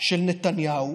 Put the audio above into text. של נתניהו,